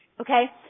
okay